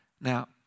Now